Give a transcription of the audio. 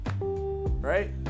Right